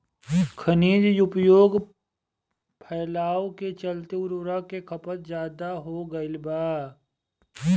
खनिज उपयोग फैलाव के चलते उर्वरक के खपत ज्यादा हो गईल बा